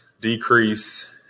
decrease